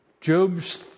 Job's